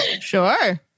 Sure